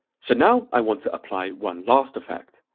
so now i want to apply one last effect.